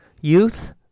Youth